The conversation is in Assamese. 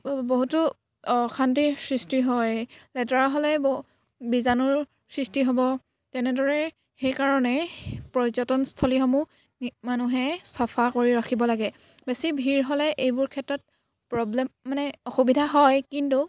বহুতো অশান্তিৰ সৃষ্টি হয় লেতেৰা হ'লে ব বীজাণুৰ সৃষ্টি হ'ব তেনেদৰে সেইকাৰণেই পৰ্যটনস্থলীসমূহ মানুহে চাফা কৰি ৰাখিব লাগে বেছি ভিৰ হ'লে এইবোৰ ক্ষেত্ৰত প্ৰব্লেম মানে অসুবিধা হয় কিন্তু